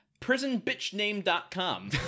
PrisonBitchName.com